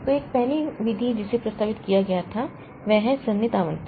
तो एक पहली विधि जिसे प्रस्तावित किया गया था वह है सन्निहित आवंटन